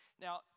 Now